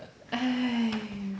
!aiya!